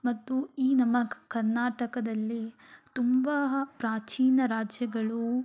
ಮತ್ತು ಈ ನಮ್ಮ ಕ ಕರ್ನಾಟಕದಲ್ಲಿ ತುಂಬಾ ಪ್ರಾಚೀನ ರಾಜ್ಯಗಳೂ